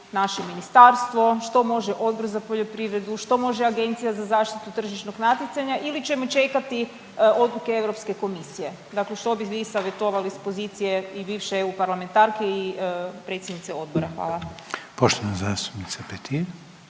naše ministarstvo, što može Odbor za poljoprivredu, što može Agencija za zaštitu tržišnog natjecanja ili ćemo čekati odluke Europske komisije? Dakle što bi vi savjetovali s pozicije i bivše EU parlamentarke i predsjednice odbora. Hvala. **Reiner, Željko